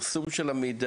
החשיבות של פרסום המידע.